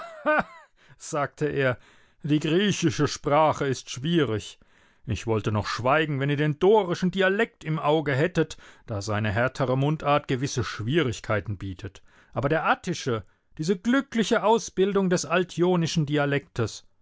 sagte er die griechische sprache ist schwierig ich wollte noch schweigen wenn ihr den dorischen dialekt im auge hättet da seine härtere mundart gewisse schwierigkeiten bietet aber der attische diese glückliche ausbildung des altjonischen dialektes